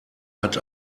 hat